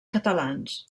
catalans